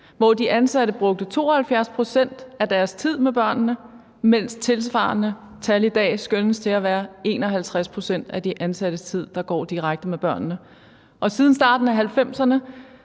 hvor de ansatte brugte 72 pct. af deres tid med børnene, mens det tilsvarende tal i dag skønnes at være 51 pct. af de ansattes tid, der går direkte med børnene. Siden starten af 1990'erne